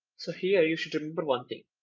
so here you should remember one thing.